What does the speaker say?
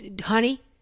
honey